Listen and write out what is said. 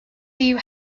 you